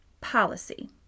Policy